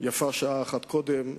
יפה שעה אחת קודם,